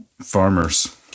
farmers